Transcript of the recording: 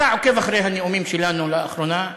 אתה עוקב אחרי הנאומים שלנו לאחרונה.